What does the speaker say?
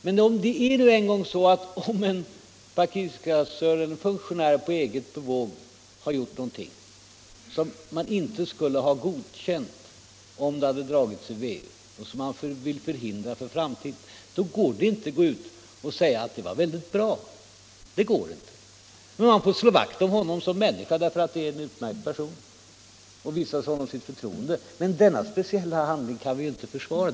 Men om en funktionär på eget bevåg har gjort någonting som VU inte skulle ha godkänt om det hade tagits upp där och som man vill förhindra i framtiden går det inte att säga att det var bra gjort - däremot att slå vakt om honom som människa och visa honom sitt förtroende därför att det är en utmärkt person. Men den speciella handlingen kan vi inte försvara.